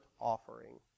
offering